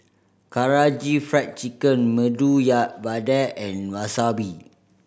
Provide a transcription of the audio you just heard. Karaage Fried Chicken Medu Vada and Wasabi